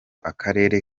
akarere